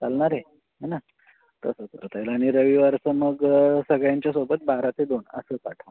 चालणार आहे है ना तसं करता येईल आणि रविवारचं मग सगळ्यांच्यासोबत बारा ते दोन असं पाठवा